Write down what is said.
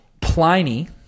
Pliny